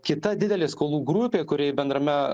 kita didelė skolų grupė kuriai bendrame